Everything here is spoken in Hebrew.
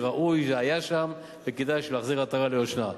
זה ראוי, וזה היה שם, וכדאי להחזיר עטרה ליושנה.